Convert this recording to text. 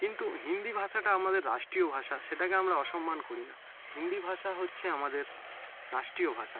কিন্তু হিন্দি ভাষাটা আমাদের রাষ্ট্রীয় ভাষা সেটাকে আমরা অসম্মান করি না হিন্দি ভাষা হচ্ছে আমাদের রাষ্ট্রীয় ভাষা